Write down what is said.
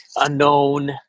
unknown